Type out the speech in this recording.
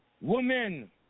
women